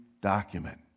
document